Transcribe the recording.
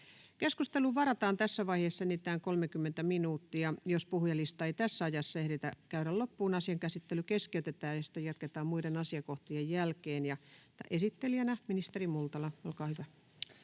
Keskusteluun varataan tässä vaiheessa enintään 30 minuuttia. Jos puhujalistaa ei ehditä tässä ajassa käydä loppuun, asian käsittely keskeytetään ja sitä jatketaan muiden asiakohtien jälkeen. — Keskustelu alkaa.